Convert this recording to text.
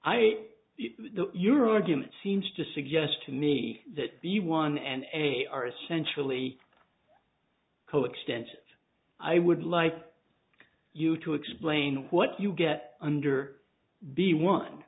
i your argument seems to suggest to me that the one and a are essentially coextensive i would like you to explain what you get under the one